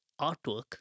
artwork